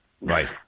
Right